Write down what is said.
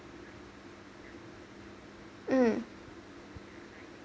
um